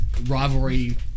rivalry